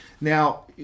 Now